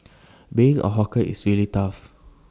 being A hawker is really tough